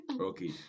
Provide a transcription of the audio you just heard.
Okay